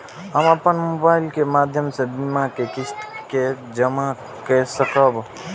हम अपन मोबाइल के माध्यम से बीमा के किस्त के जमा कै सकब?